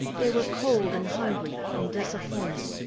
they were cold and hungry and disappointed.